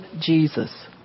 Jesus